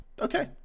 Okay